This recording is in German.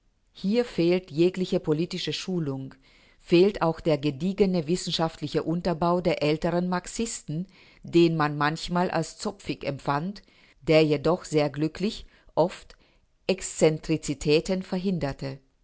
hier fehlt jegliche politische schulung fehlt auch der gediegene wissenschaftliche unterbau der älteren marxisten den man manchmal als zopfig empfand der jedoch sehr glücklich oft exzentrizitäten verhinderte